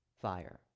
fire